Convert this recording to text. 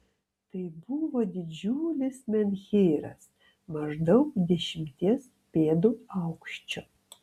tai buvo didžiulis menhyras maždaug dešimties pėdų aukščio